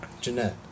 Jeanette